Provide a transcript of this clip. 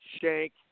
shank